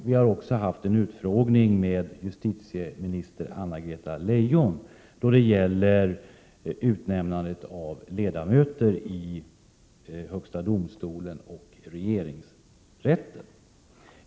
Vi har också haft en utfrågning med justitieminister Anna-Greta Leijon då det gäller utnämnandet av ledamöter i högsta domstolen och regeringsrätten.